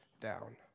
down